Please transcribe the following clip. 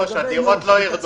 מחיר הדירות לא ירד